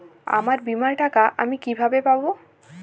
আমার বীমার টাকা আমি কিভাবে পাবো?